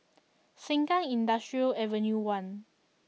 Sengkang Industrial Avenue one